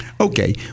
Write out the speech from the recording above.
Okay